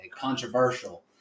controversial